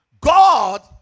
God